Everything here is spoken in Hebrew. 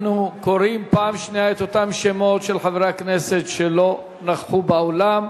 אנחנו קוראים פעם שנייה את אותם שמות של חברי הכנסת שלא נכחו באולם.